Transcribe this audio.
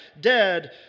dead